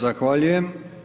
Zahvaljujem.